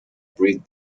breed